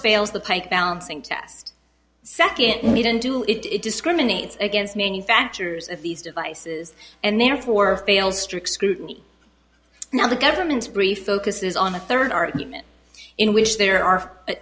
fails the balancing test second we don't do it it discriminates against manufacturers of these devices and therefore fails strict scrutiny now the government's brief focuses on the third argument in which there are